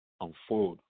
unfold